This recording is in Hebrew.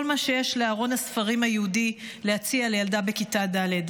כל מה שיש לארון הספרים היהודי להציע לילדה בכיתה ד'.